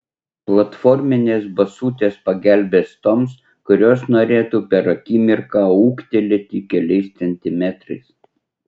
platforminės basutės pagelbės toms kurios norėtų per akimirką ūgtelėti keliais centimetrais